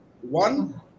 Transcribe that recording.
One